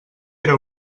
era